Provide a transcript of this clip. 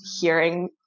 hearing